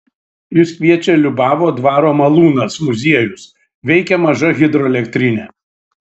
jus kviečia liubavo dvaro malūnas muziejus veikia maža hidroelektrinė